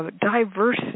diverse